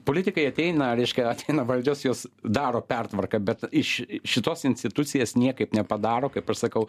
politikai ateina reiškia ateina valdžios jos daro pertvarką bet iš šitos institucijos niekaip nepadaro kaip aš sakau